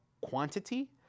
quantity